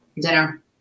Dinner